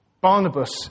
Barnabas